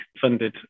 funded